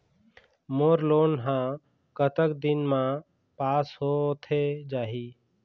मोर loan हा कतक दिन मा पास होथे जाही?